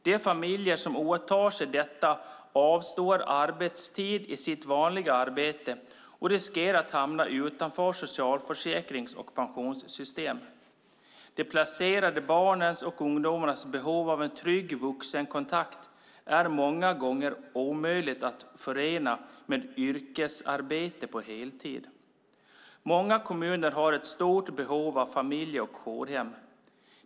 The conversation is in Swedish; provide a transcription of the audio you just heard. De familjer som åtar sig detta avstår arbetstid i sitt vanliga arbete och riskerar att hamna utanför socialförsäkrings och pensionssystem. De placerade barnens och ungdomarnas behov av en trygg vuxenkontakt är många gånger omöjlig att förena med yrkesarbete på heltid. Många kommuner har ett stort behov av familje och jourhem.